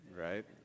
right